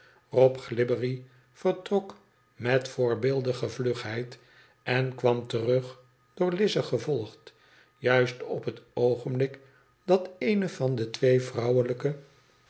rob glibbery vertrok met voorbeeldige vlugheid en kwam terug door lize gevolgd juist op het oogenblik dat eene van de twee vrouwelijke